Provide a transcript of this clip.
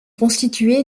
constitué